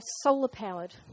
solar-powered